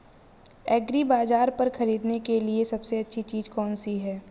एग्रीबाज़ार पर खरीदने के लिए सबसे अच्छी चीज़ कौनसी है?